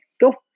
go